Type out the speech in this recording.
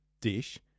dish